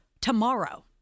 tomorrow